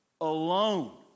alone